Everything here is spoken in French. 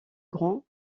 grand